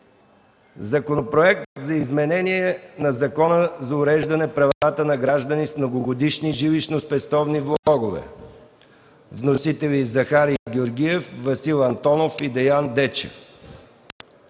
Законопроект за изменение на Закона за уреждане на правата на граждани с многогодишни жилищноспестовни влогове. Вносители са Захари Георгиев, Васил Антонов и Деян Дечев.